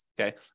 okay